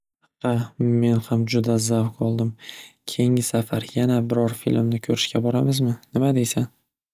Xa men ham juda zavq oldim keyingi safar yana biror filmni ko'rishga boramizmi nima deysan?